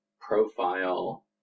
profile